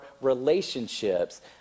relationships